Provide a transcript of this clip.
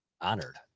honored